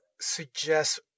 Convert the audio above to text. suggest